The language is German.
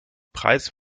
preise